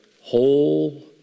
whole